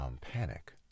panic